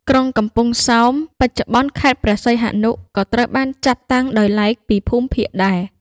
ក្រុងកំពង់សោម (បច្ចុប្បន្នខេត្តព្រះសីហនុ) ក៏ត្រូវបានចាត់តាំងដោយឡែកពីភូមិភាគដែរ។